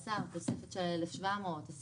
ועל ידי השר: תוספת של 1,700 יחידות דיור,